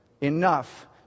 Enough